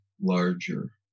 larger